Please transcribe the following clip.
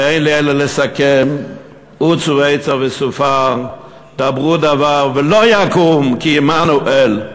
ואין לי אלא לסכם: "עֻצו עצה ותֻפָר דברו דבר ולא יקום כי עמנו אל".